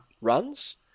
runs